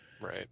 right